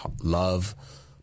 love